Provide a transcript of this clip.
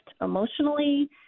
emotionally